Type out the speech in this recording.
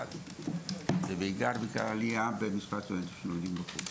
זה בעיקר בגלל עלייה במספר הסטודנטים שלומדים בחו"ל.